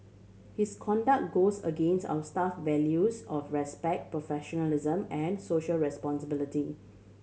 his conduct goes against our staff values of respect professionalism and social responsibility